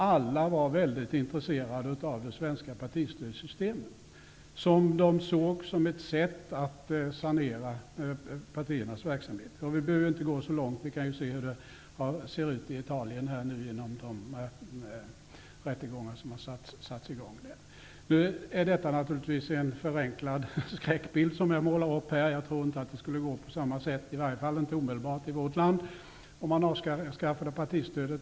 Alla var mycket intresserade av det svenska partistödssystemet, som de såg som ett sätt att sanera partiernas verksamhet. Vi behöver inte gå så långt; vi behöver bara se hur det är i Italien, där rättegångar satts i gång. Nu är det naturligtvis en förenklad skräckbild som jag målar upp. Jag tror inte att det skulle gå på samma sätt, i alla fall inte omedelbart, i vårt land om vi avskaffade partistödet.